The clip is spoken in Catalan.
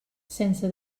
sense